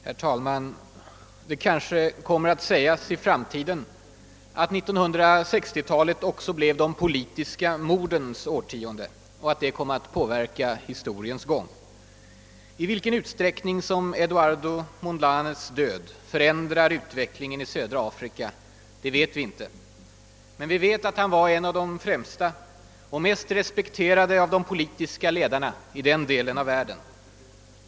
Herr talman! Det kanske kommer att sägas i framtiden, att 1960-talet också blev de politiska mordens årtionde och att det kom att påverka historiens gång. I vilken utsträckning som Eduardo Mondlanes död förändrar utvecklingen i södra Afrika vet vi inte. Men vi vet att han var en av de främsta och mest respekterade av de politiska ledarna i den delen av världen.